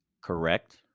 Correct